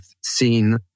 seen